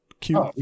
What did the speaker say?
cute